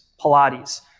Pilates